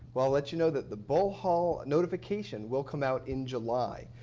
will let you know that the bull hall notification will come out in july.